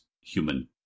human